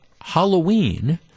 Halloween